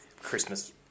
Christmas